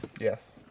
Yes